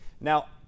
Now